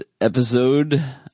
episode